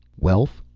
welf?